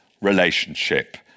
relationship